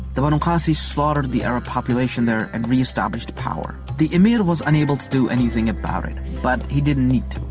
the banu qasi slaughtered the arab population there and re established power. the emir was unable to do anything about it but he didn't need to.